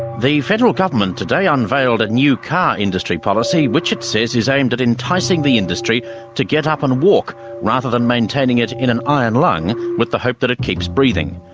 the federal government today unveiled a new car industry policy which it says is aimed at enticing the industry to get up and walk rather than maintaining it in an iron lung with the hope that it keeps breathing.